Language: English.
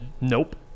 nope